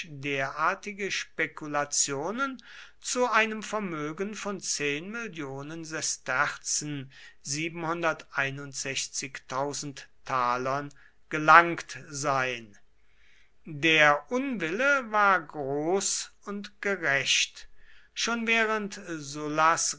derartige spekulationen zu einem vermögen von mill sesterzen gelangt sein der unwille war groß und gerecht schon während sollas